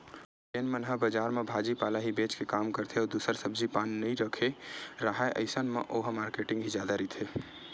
जेन मन ह बजार म भाजी पाला ही बेंच के काम करथे अउ दूसर सब्जी पान नइ रखे राहय अइसन म ओहा मारकेटिंग ही जादा रहिथे